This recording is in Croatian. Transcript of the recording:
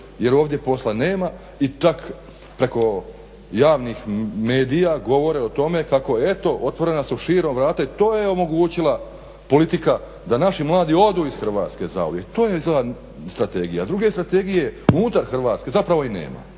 jer ovdje posla nema i čak preko javnih medija govore o tome kako eto otvorena su širom vrata i to je omogućila politika da naši mladi odu iz Hrvatske zauvijek, to je izgleda strategija. Druge strategije unutar Hrvatske zapravo i nema